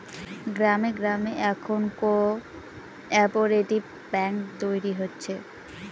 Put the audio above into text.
গ্রামে গ্রামে এখন কোঅপ্যারেটিভ ব্যাঙ্ক তৈরী হচ্ছে